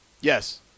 Yes